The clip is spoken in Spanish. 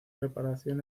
reparación